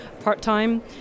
part-time